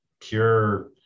pure